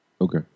Okay